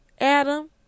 Adam